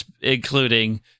including